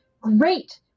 great